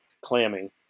clamming